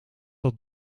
dat